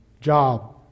Job